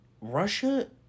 Russia